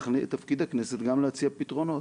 תפקיד הכנסת גם להציע פתרונות.